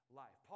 life